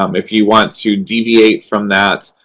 um if you want to deviate from that,